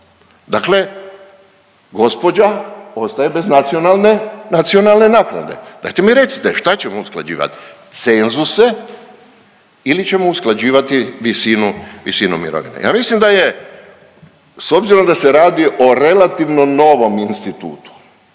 Dakle, gospođa ostaje bez nacionalne naknade. Dajte mi recite šta ćemo usklađivati cenzuse ili ćemo usklađivati visinu mirovine? Ja mislim da je s obzirom da se radi o relativno novom institutu